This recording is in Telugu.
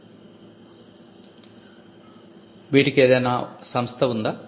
విద్యార్ధి వీటికీ ఏదైనా సంస్థ ఉందా